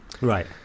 Right